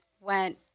went